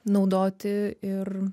naudoti ir